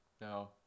No